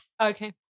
Okay